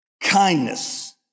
kindness